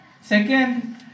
Second